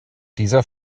dieser